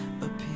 appear